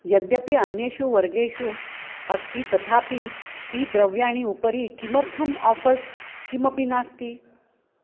यद्यपि अन्येषु वर्गेषु अस्ति तथापि टी द्रव्याणाम् उपरि किमर्थम् आफ़र्स् किमपि नास्ति